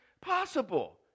possible